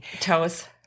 Toes